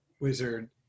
wizard